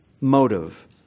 motive